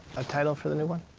a title for the new one?